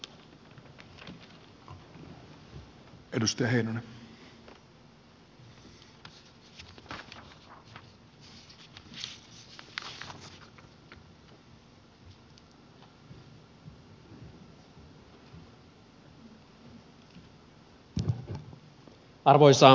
arvoisa puhemies